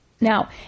Now